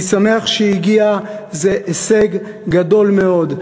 אני שמח שהיא הגיעה, זה הישג גדול מאוד.